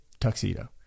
tuxedo